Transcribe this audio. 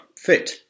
fit